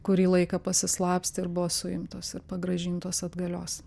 kurį laiką pasislapstė ir buvo suimtos ir pagrąžintos atgalios